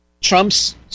Trump's